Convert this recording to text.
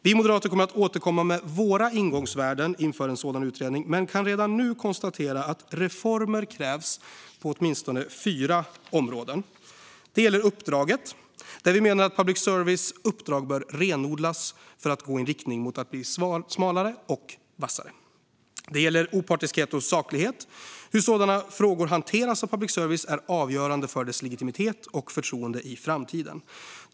Vi moderater kommer att återkomma med våra ingångsvärden inför en sådan utredning, men vi kan redan nu konstatera att reformer krävs på åtminstone fyra områden: Det gäller uppdraget, där vi menar att public services uppdrag bör renodlas för att gå i riktning mot att bli smalare och vassare. Det gäller opartiskhet och saklighet. Hur sådana frågor hanteras av public service är avgörande för dess legitimitet och förtroende i framtiden.